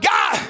God